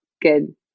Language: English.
good